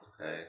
Okay